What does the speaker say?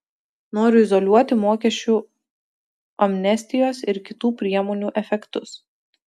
noriu izoliuoti mokesčių amnestijos ir kitų priemonių efektus